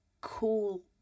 cool